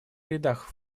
рядах